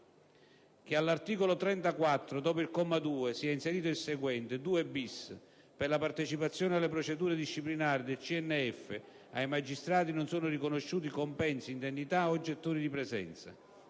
che all'articolo 34, dopo il comma 2, sia inserito il seguente: "2-*bis*. Per la partecipazione alle procedure disciplinari del CNF, ai magistrati non sono riconosciuti compensi, indennità o gettoni di presenza.";